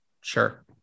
Sure